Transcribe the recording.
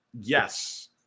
Yes